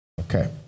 Okay